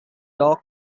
doc